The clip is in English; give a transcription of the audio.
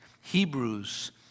Hebrews